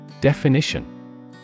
Definition